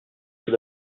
tout